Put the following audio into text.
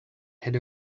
had